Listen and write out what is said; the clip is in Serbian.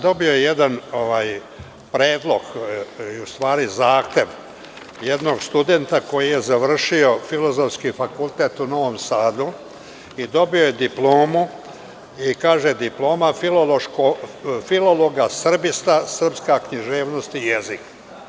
Dobio sam jedan predlog, to je u stvari zahtev, jednog studenta koji je završio Filozofski fakultet u Novom Sadu i dobio je diplomu i kaže – diploma filologa srbista – srpska književnost i jezik.